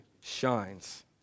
shines